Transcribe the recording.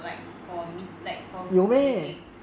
like for meet like for group meeting